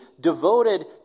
devoted